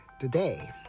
today